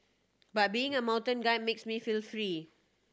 but being a mountain guide makes me feel free